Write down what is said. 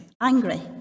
angry